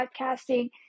podcasting